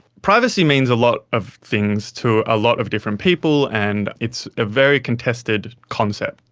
privacy means a lot of things to a lot of different people and it's a very contested concept.